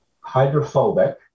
hydrophobic